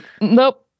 Nope